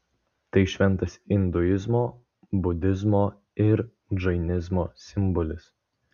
tai šventas induizmo budizmo ir džainizmo simbolis